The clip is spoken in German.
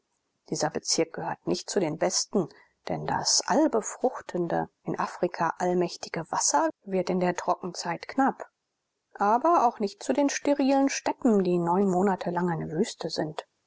dieser bezirk gehört nicht zu den besten denn das allbefruchtende in afrika allmächtige wasser wird in der trockenzeit knapp aber auch nicht zu den sterilen steppen die neun monate lang eine wüste sind